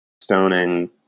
stoning